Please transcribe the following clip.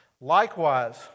Likewise